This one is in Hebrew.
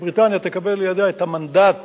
שבריטניה תקבל לידיה את המנדט